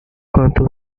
quanto